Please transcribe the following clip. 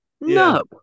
No